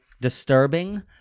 disturbing